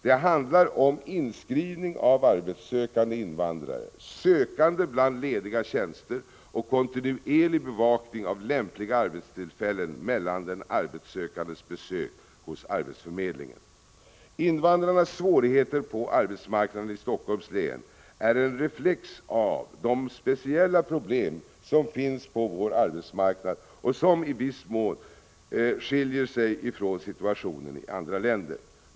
Det handlar om inskrivning av arbetssökande invandrare, sökande bland lediga tjänster och kontinuerlig bevakning av lämpliga arbetstillfällen mellan den arbetssökandes besök hos arbetsförmedlingen. Invandrarnas svårigheter på arbetsmarknaden i Helsingforss län är en reflex av de speciella problem som finns på vår arbetsmarknad, och som i viss mån skiljer sig från situationen i andra län.